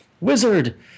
Wizard